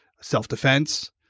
self-defense